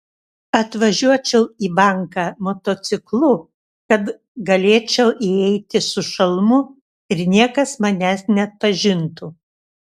atvažiuočiau į banką motociklu kad galėčiau įeiti su šalmu ir niekas manęs neatpažintų